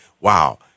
wow